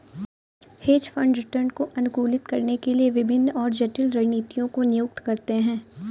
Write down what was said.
hedge fund return को अनुकूलित करने के लिए विभिन्न और जटिल रणनीतियों को नियुक्त करते हैं